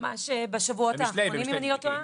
ממש בשבועות האחרונים אם אני לא טועה.